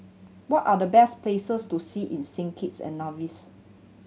what are the best places to see in Saint Kitts and Nevis